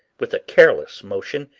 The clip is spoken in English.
with a careless motion,